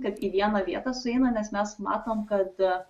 kad į vieną vietą sueina nes mes matom kad